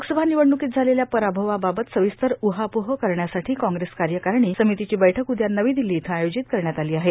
लोकसभा र्मिनवडण्कोत झालेल्या पराभवाबाबत र्सावस्तर उहापोह करण्यासाठी कॉग्रेस कायकार्मारणी र्सामतीची बैठक उदया नवी दिल्लो इथं आयोजित करण्यात आलों आहे